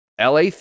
LA